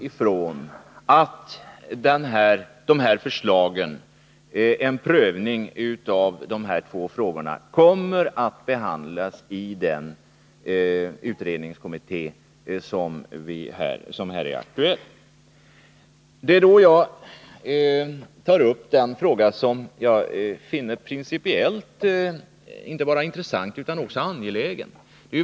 Knut Wachtmeister utgår också från att förslagen om en prövning av de här två frågorna kommer att behandlas i den utredningskommitté som här är aktuell. Det är i det sammanhanget som jag tar upp en fråga, vilken jag principiellt finner vara inte bara intressant utan också angelägen.